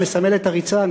מסמל את הריצה,